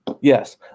Yes